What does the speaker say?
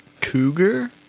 cougar